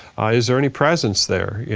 is there any presence there?